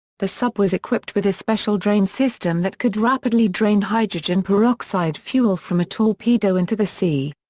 the sub was equipped with a special drain system that could rapidly drain hydrogen peroxide fuel from a torpedo into the sea.